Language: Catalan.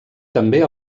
també